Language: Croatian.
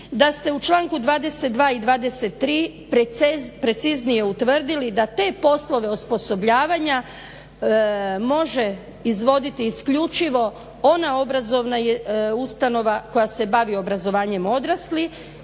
da ste u članku 22.i 23.preciznije utvrdili da te poslove osposobljavanja može izvoditi isključivo ona obrazovna ustanova koja se bavi obrazovanjem odraslih,